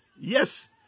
Yes